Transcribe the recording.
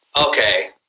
okay